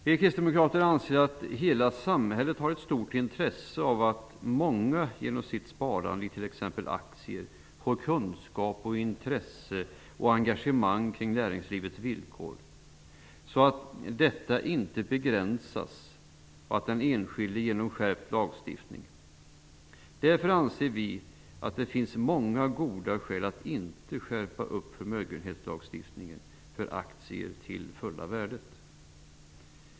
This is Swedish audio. Vi kristdemokrater anser att hela samhället har ett stort intresse av att många genom sitt sparande i t.ex. aktier får kunskap, intresse och engagemang kring näringslivets villkor, så att detta inte begränsas för den enskilde genom en skärpt lagstiftning. Därför anser vi att det finns många goda skäl att inte skärpa förmögenhetsbeskattningen för aktier till det fulla värdet.